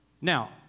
Now